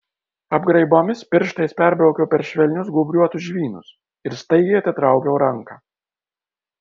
apgraibomis pirštais perbraukiau per švelnius gūbriuotus žvynus ir staigiai atitraukiau ranką